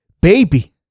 Baby